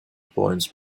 points